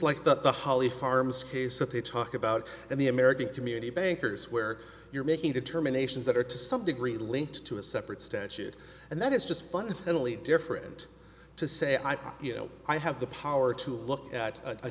like the the holly farms case that they talk about in the american community bankers where you're making determinations that are to some degree linked to a separate statute and that it's just funny and only different to say i think i have the power to look at a